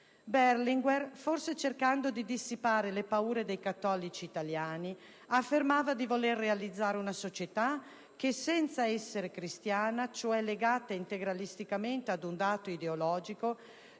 Berlinguer, forse cercando di dissipare le paure dei cattolici italiani, affermava di voler realizzare una società che senza essere cristiana, cioè legata integralisticamente ad un dato ideologico,